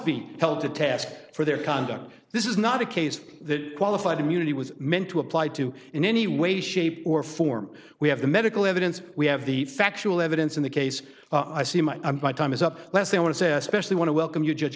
be held to task for their conduct this is not a case that qualified immunity was meant to apply to in any way shape or form we have the medical evidence we have the factual evidence in the case i see my time is up let's say i want to say especially want to welcome you judge